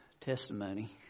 testimony